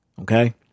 Okay